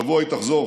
השבוע היא תחזור.